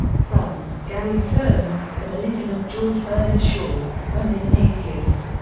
from gary sloan, the religion of george bernard shaw when is an atheist,